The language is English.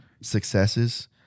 successes